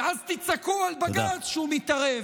ואז תצעקו על בג"ץ שהוא מתערב.